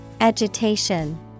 Agitation